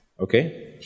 Okay